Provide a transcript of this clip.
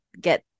get